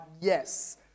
Yes